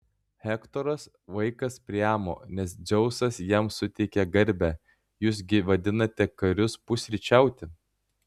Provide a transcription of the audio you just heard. hektoras vaikas priamo nes dzeusas jam suteikė garbę jūs gi vadinate karius pusryčiauti